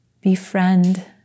Befriend